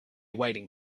waiting